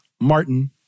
Martin